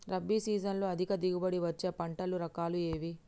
రబీ సీజన్లో అధిక దిగుబడి వచ్చే పంటల రకాలు ఏవి?